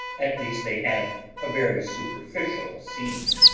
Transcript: at least they have a very superficial seeing.